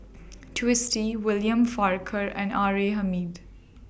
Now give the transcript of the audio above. Twisstii William Farquhar and R A Hamid